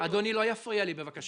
אדוני לא יפריע לי, בבקשה.